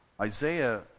Isaiah